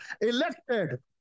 elected